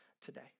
today